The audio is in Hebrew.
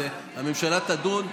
הממשלה תדון ותחליט.